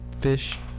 fish